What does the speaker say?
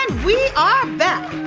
and we are back.